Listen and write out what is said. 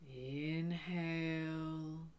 inhale